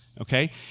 Okay